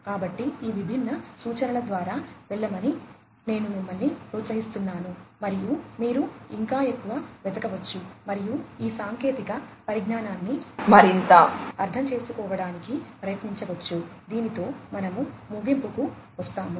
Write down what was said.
కాబట్టి ఈ విభిన్న సూచనల ద్వారా వెళ్ళమని నేను మిమ్మల్ని ప్రోత్సహిస్తున్నాను మరియు మీరు ఇంకా ఎక్కువ వెతకవచ్చు మరియు ఈ సాంకేతిక పరిజ్ఞానాన్ని మరింత అర్థం చేసుకోవడానికి ప్రయత్నించవచ్చు దీనితో మనము ముగింపుకు వస్తాము